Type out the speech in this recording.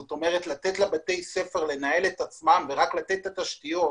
זאת אומרת לתת לבתי הספר לנהל את עצמם ורק לתת את התשתיות.